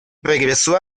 regresó